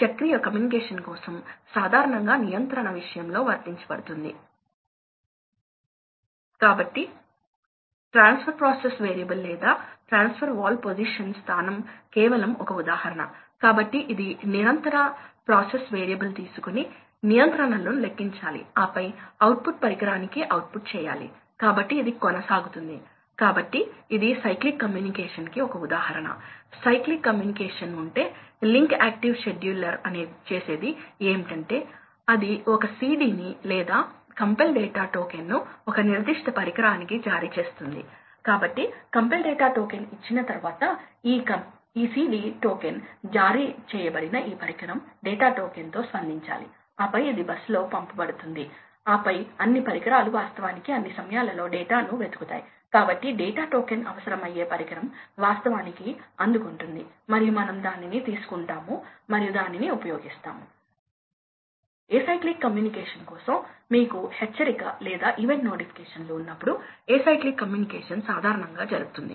ప్రాథమికంగా ఈ కంపరేటివ్ గణాంకాలు నిర్ణయిస్తాయి ప్రాక్టీకెల్లి ఒక నిర్దిష్ట ఇండస్ట్రీ ఈ సాంకేతిక పరిజ్ఞానాన్ని అవలంబిస్తుందా లేదా అనేదానిని చెప్పాలంటే ఇప్పుడు అలా జరుగుతుంది అవుట్లెట్ డాంపర్ టెక్నాలజీ ఎందుకు ఎక్కువగా ఉందో మీకు తెలుసు ఎందుకంటే వేరియబుల్ స్పీడ్ డ్రైవ్ టెక్నాలజీ అంత అభివృద్ధి చెందలేదు అది అంత రోబస్ట్ కాదు కాబట్టి ఇది చాలా ఖరీదైనది అందువల్ల ప్రజలు ఎల్లప్పుడూ ఎనర్జీ సామర్థ్యం లేకపోయినా ప్రజలు ఈ డాంపర్ మరియు వాల్వ్ కంట్రోల్ రకమైన పద్ధతులను ఎంచుకున్నారు కానీ ఇప్పుడు ఈ వేరియబుల్ స్పీడ్ డ్రైవ్ లు నిజంగా దృడ మైనవి మరియు ఖర్చుతో కూడుకున్నవి కావడంతో అలాంటి పరికరాల కోసం వేరియబుల్ స్పీడ్ డ్రైవ్లను పొందడం చాలా అర్ధమేనని చూపిస్తుంది